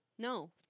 No